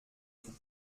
tout